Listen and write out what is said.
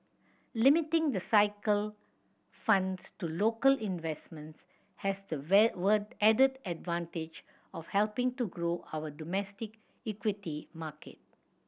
limiting the cycle funds to local investments has the added advantage of helping to grow our domestic equity market